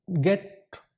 get